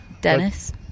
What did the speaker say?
Dennis